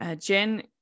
Jen